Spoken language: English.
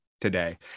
today